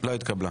לא התקבלה.